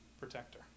protector